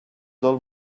del